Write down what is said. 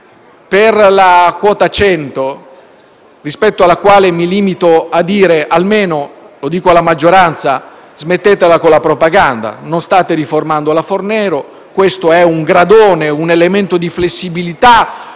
per la quota 100, rispetto alla quale mi limito a dire alla maggioranza di smetterla con la propaganda: non state riformando la legge Fornero, questo è un gradone, un elemento di flessibilità,